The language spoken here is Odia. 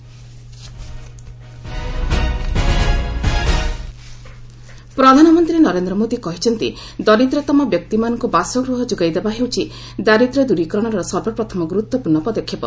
ପିଏମ୍ ଶିରିଡି ପ୍ରଧାନମନ୍ତ୍ରୀ ନରେନ୍ଦ୍ର ମୋଦି କହିଛନ୍ତି ଦରିଦ୍ରତମ ବ୍ୟକ୍ତିମାନଙ୍କୁ ବାସଗୃହ ଯୋଗାଇଦେବା ହେଉଛି ଦାରିଦ୍ର୍ୟ ଦ୍ରୀକରଣର ସର୍ବପ୍ରଥମ ଗୁରୁତ୍ୱପୂର୍ଣ୍ଣ ପଦକ୍ଷେପ